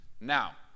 Now